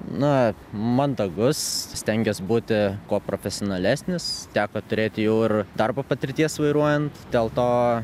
na mandagus stengiuos būti kuo profesionalesnis teko turėti jau ir darbo patirties vairuojant dėl to